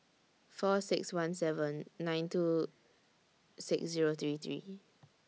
four six one seven nine two six Zero three three